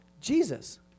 Jesus